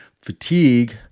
fatigue